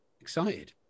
Excited